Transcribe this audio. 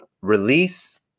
release